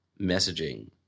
messaging